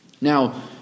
Now